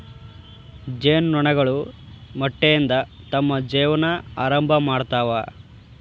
ಜೇನು ನೊಣಗಳು ಮೊಟ್ಟೆಯಿಂದ ತಮ್ಮ ಜೇವನಾ ಆರಂಭಾ ಮಾಡ್ತಾವ